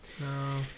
no